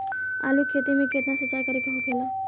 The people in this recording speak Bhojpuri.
आलू के खेती में केतना सिंचाई करे के होखेला?